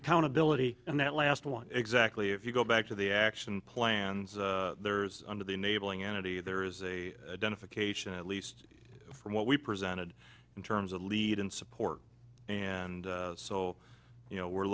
accountability and that last one exactly if you go back to the action plans there's under the enabling entity there is a den of acacia at least from what we presented in terms of lead in support and so you know we're